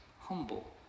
humble